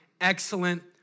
excellent